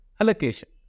allocation